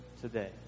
today